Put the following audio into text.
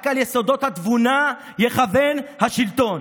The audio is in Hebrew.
רק על יסודות התבונה ייכון השלטון.